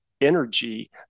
energy